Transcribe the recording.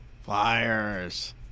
Flyers